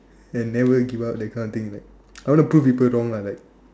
and never give up that kind of things like I want to prove people wrong lah like